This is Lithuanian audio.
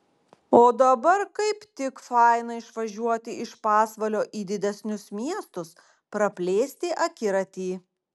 o dabar kaip tik faina išvažiuoti iš pasvalio į didesnius miestus praplėsti akiratį